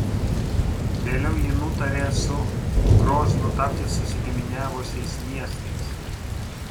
vėliau ji nutarė su groznu tapti susigiminiavusiais miestais